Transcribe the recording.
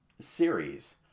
series